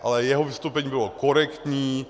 Ale jeho vystoupení bylo korektní.